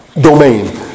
domain